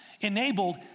enabled